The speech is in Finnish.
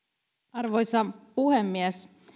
arvoisa puhemies